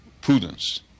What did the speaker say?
prudence